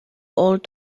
old